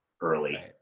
early